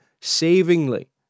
savingly